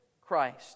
Christ